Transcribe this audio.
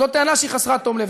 זאת טענה שהיא חסרת תום לב.